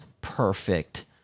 perfect